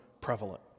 prevalent